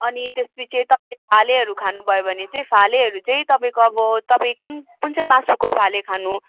अनि त्यसपिछे तपाईँले फालेहरू खानु भयो भने चाहिँ फालेहरू तपाईँको अब तपाईँ कुन कुन चाहिँ मासुको फाले खानु